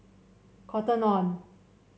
Cotton On